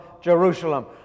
Jerusalem